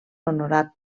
honorat